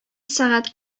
сәгать